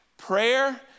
Prayer